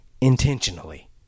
intentionally